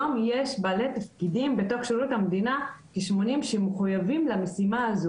היום יש כ- 80 בעלי תפקידים בתוך שירות המדינה שמחויבים למשימה הזו,